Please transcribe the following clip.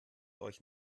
euch